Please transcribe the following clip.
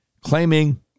claiming